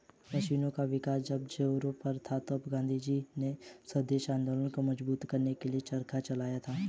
मशीनों का विकास जब जोरों पर था तब गाँधीजी ने स्वदेशी आंदोलन को मजबूत करने के लिए चरखा चलाया था